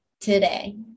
today